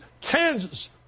Kansas